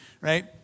right